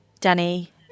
Danny